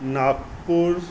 Nagpur